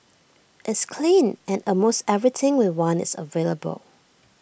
it's clean and almost everything we want is available